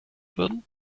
würden